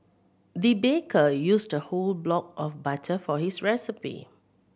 the baker used a whole block of butter for his recipe